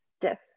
stiff